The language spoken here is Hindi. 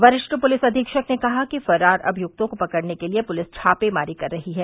वरिष्ठ पुलिस अधीक्षक ने कहा कि फुरार अभियुक्तों को पकड़ने के लिए पुलिस छापेमारी कर रही है